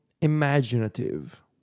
imaginative